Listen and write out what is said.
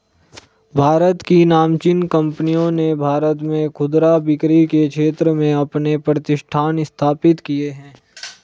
भारत की नामचीन कंपनियों ने भारत में खुदरा बिक्री के क्षेत्र में अपने प्रतिष्ठान स्थापित किए हैं